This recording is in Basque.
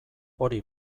hori